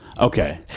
okay